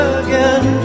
again